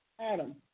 Adam